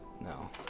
no